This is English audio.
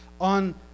on